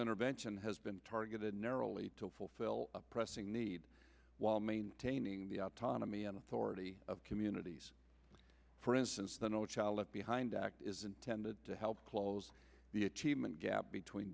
intervention has been targeted narrowly to fulfill a pressing need while maintaining the autonomy and authority of communities for instance the no child left behind act is intended to help close the achievement gap between